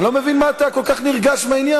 אני לא מבין מה אתה כל כך נרגש מהעניין.